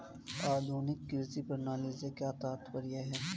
आधुनिक कृषि प्रणाली से क्या तात्पर्य है?